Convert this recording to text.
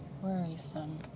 worrisome